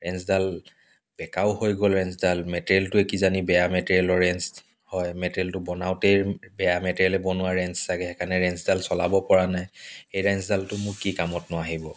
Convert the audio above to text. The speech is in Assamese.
ৰেঞ্চডাল বেঁকাও হৈ গ'ল ৰেঞ্চডাল মেটেৰিয়েলটোৱে কিজানি বেয়া মেটেৰিয়েলৰ ৰেঞ্চ হয় মেটেৰিয়েলটো বনাওঁতেই বেয়া মেটেৰিয়েলেৰে বনোৱা ৰেঞ্চ ছাগৈ সেইকাৰণে ৰেঞ্চডাল চলাব পৰা নাই এই ৰেঞ্চডালতো মোৰ কি কামতনো আহিব